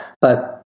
But-